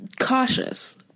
cautious